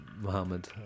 Mohammed